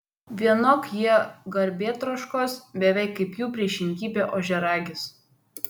vienok jie garbėtroškos beveik kaip jų priešingybė ožiaragis